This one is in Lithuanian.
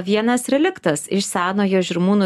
vienas reliktas iš senojo žirmūnų